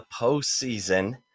postseason